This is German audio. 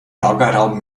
lagerraum